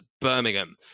Birmingham